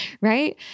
Right